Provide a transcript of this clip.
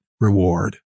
reward